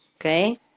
okay